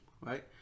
Right